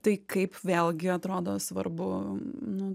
tai kaip vėlgi atrodo svarbu nu